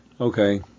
Okay